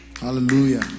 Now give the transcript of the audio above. Hallelujah